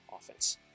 offense